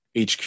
HQ